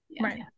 right